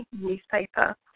newspaper